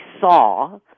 saw